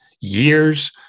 years